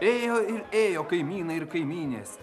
ėjo ir ėjo kaimynai ir kaimynės